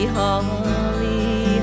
holly